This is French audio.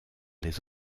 les